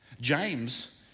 James